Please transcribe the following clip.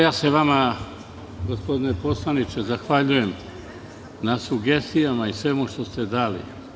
Ja se vama gospodine poslaniče zahvaljujem na sugestijama i svemu što ste dali.